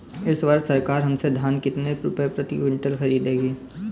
इस वर्ष सरकार हमसे धान कितने रुपए प्रति क्विंटल खरीदेगी?